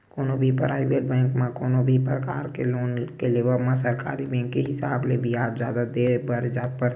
कोनो भी private bank म कोनो भी परकार के लोन के लेवब म सरकारी बेंक के हिसाब ले बियाज जादा देय बर परथे